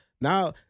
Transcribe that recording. Now